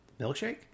Milkshake